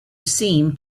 seem